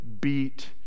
beat